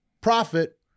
profit